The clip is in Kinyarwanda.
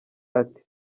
ati